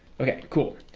okay, cool.